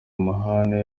amahane